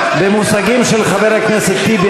במושגים של חבר הכנסת טיבי,